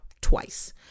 twice